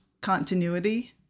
continuity